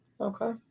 Okay